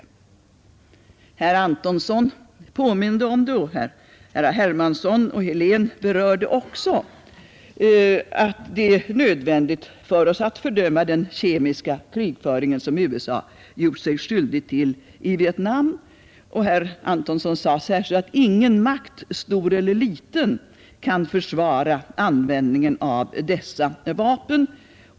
Herr Antonsson påminde om, och herr Hermansson i Stockholm och herr Helén berörde också den saken, att vi måste fördöma inte minst den krigföring med kemiska medel som USA har gjort sig skyldigt till i Vietnam, Skulle man undanta just dem från ett förbud? Herr Antonsson framhöll särskilt, att ingen makt, stor eller liten, kan försvara användningen av dessa vapen.